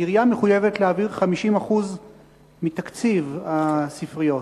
העירייה מחויבת להעביר 50% מתקציב הספריות.